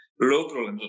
local